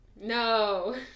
No